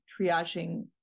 triaging